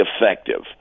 effective